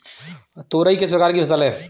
तोरई किस प्रकार की फसल है?